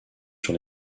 sur